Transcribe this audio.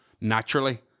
naturally